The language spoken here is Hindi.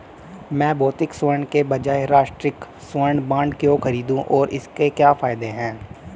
मैं भौतिक स्वर्ण के बजाय राष्ट्रिक स्वर्ण बॉन्ड क्यों खरीदूं और इसके क्या फायदे हैं?